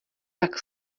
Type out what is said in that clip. tak